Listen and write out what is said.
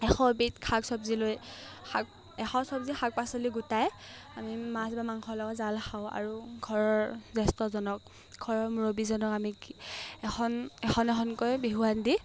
এশবিধ শাক চব্জি লৈ শাক এশ চব্জি শাক পাচলি গোটাই আমি মাছ বা মাংসৰ লগত জাল খাওঁ আৰু ঘৰৰ জ্যেষ্ঠজনক ঘৰৰ মুৰব্বীজনক আমি এখন এখন এখনকৈ বিহুৱান দি